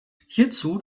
hierzu